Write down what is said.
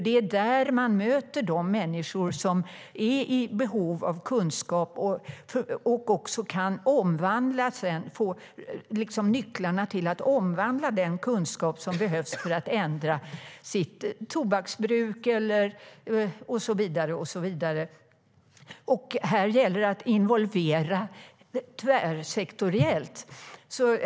Det är där man möter de människor som är i behov av kunskap och att få nycklarna till att omvandla den kunskap som behövs för att ändra sitt tobaksbruk och så vidare. Här gäller det att involvera tvärsektoriellt.